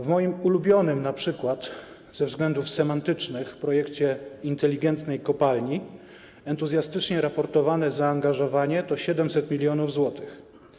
W moim ulubionym np. ze względów semantycznych projekcie inteligentnej kopalni entuzjastycznie raportowane zaangażowanie to 700 mln zł.